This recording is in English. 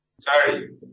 Sorry